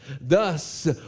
Thus